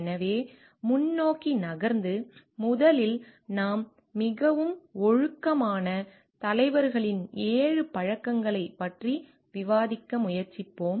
எனவே முன்னோக்கி நகர்ந்து முதலில் நாம் மிகவும் ஒழுக்கமான தலைவர்களின் 7 பழக்கங்களைப் பற்றி விவாதிக்க முயற்சிப்போம்